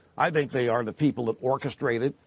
i think they are the people that orchestrated,